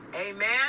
Amen